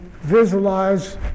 visualize